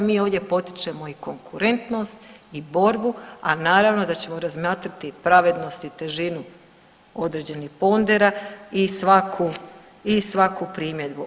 Mi ovdje potičemo i konkurentnost i borbu, a naravno da ćemo razmatrati i pravednost i težinu određenih pondera i svaku i svaku primjedbu.